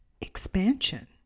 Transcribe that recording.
expansion